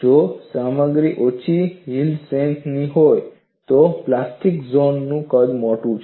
જો સામગ્રી ઓછી યીલ્ડ સ્ટ્રેસ ની હોય તો પ્લાસ્ટિક ઝોન નું કદ મોટું છે